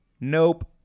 nope